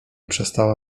przestała